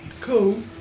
Cool